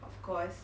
of course